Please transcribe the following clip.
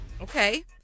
Okay